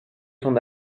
son